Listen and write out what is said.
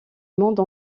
monde